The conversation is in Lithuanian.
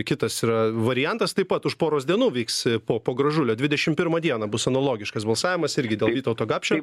kitas yra variantas taip pat už poros dienų vyks po po gražulio dvidešimt pirmą dieną bus analogiškas balsavimas irgi dėl vytauto gapšio